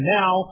now